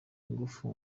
ingufu